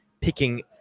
picking